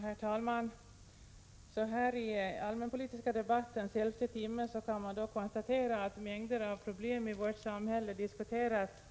Herr talman! Så här i den allmänpolitiska debattens elfte timme kan man konstatera att mängder av problem i vårt samhälle diskuterats